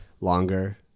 longer